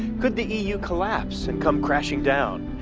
could the eu collapse and come crashing down?